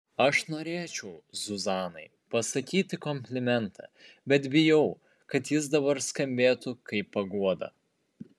aš norėčiau zuzanai pasakyti komplimentą bet bijau kad jis dabar skambėtų kaip paguoda